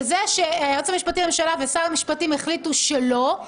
זה שהיועץ המשפטי לממשלה ושר המשפטים החליטו שלא,